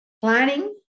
planning